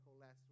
last